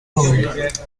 world